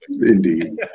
Indeed